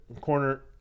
corner